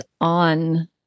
on